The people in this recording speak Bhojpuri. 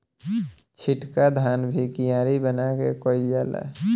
छिटका धान भी कियारी बना के कईल जाला